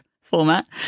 format